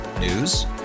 News